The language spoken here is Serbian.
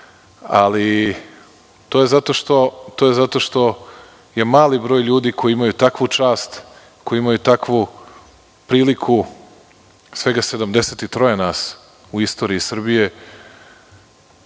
ali to je zato što mali broj ljudi koji imaju takvu čast, koji imaju takvu priliku, svega 73 nas u istoriji Srbije